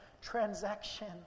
transaction